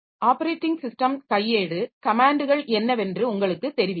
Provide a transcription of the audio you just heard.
operating system கையேடு கமேன்ட்கள் என்னவென்று உங்களுக்குத் தெரிவிக்கும்